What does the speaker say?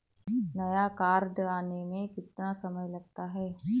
नया कार्ड आने में कितना समय लगता है?